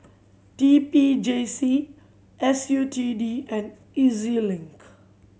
T P J C S U T D and E Z Link